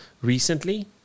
Recently